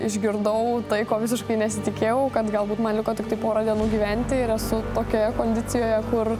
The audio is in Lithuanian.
išgirdau tai ko visiškai nesitikėjau kad galbūt man liko tiktai porą dienų gyventi ir esu tokioje kondicijoje kur